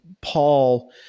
Paul